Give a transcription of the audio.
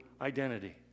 identity